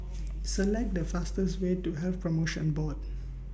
Select The fastest Way to Health promotion Board